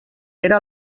era